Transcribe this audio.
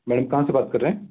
madam कहाँ से बात कर रहे हैं